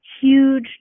huge